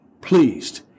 pleased